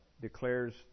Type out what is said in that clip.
declares